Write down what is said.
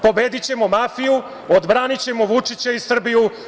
Pobedićemo mafiju, odbranićemo Vučića i Srbiju.